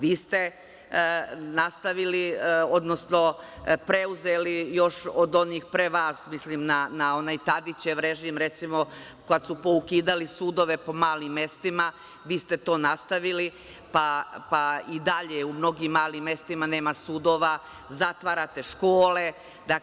Vi ste nastavili, odnosno preuzeli još od onih pre vas, mislim na onaj Tadićev režim, recimo, kad su poukidali sudove po malim mestima, vi ste to nastavili, pa i dalje u mnogim malim mestima nema sudova, zatvarate škole, itd.